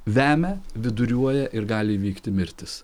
vemia viduriuoja ir gali įvykti mirtis